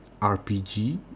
RPG